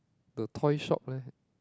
the toy shop leh